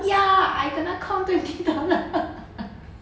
ya I kena count twenty dollar